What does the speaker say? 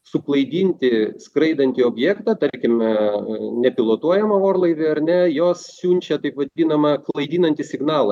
suklaidinti skraidantį objektą tarkime nepilotuojamą orlaivį ar ne jos siunčia taip vadinamą klaidinantį signalą